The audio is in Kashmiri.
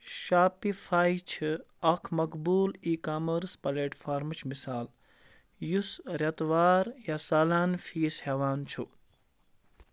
شاپِفَے چھِ اکھ مقبوٗل ای کامٲرٕس پَلیٹفارمٕچ مِثال یُس رٮ۪تہٕ وار یا سالانہٕ فیٖس ہٮ۪وان چھُ